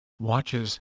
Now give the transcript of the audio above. watches